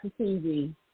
TV